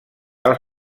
els